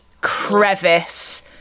crevice